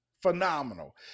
phenomenal